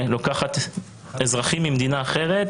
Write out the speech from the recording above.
לוקחת אזרחים ממדינה אחרת